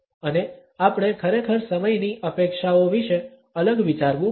અને આપણે ખરેખર સમયની અપેક્ષાઓ વિશે અલગ વિચારવું પડશે